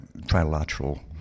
trilateral